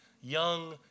young